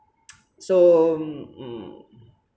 so mm